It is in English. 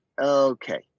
okay